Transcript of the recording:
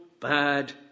bad